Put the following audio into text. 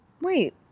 Wait